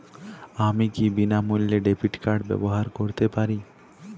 আমি কি বিনামূল্যে ডেবিট কার্ড ব্যাবহার করতে পারি?